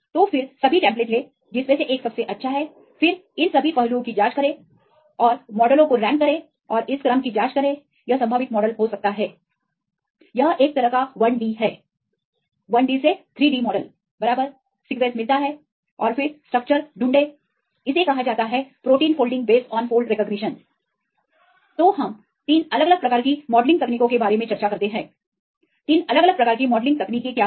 तो फिर सभी टेम्प्लेट लें जिसमें से एक सबसे अच्छा है फिर इन सभी पहलुओं की जांच करें और मॉडलों को रैंक करें और इस क्रम की जांच करें यह संभावित मॉडल हो सकता है यह एक तरह का 1 डी है 3 डी मॉडल बराबर सीक्वेंस मिलता है और फिर ढूंढें स्ट्रक्चर इसे कहा जाता है protein folding base on fold recognition तो हम 3 अलग अलग प्रकार की मॉडलिंग तकनीकों के बारे में चर्चा करते हैं 3 अलग अलग प्रकार की मॉडलिंग तकनीकें क्या हैं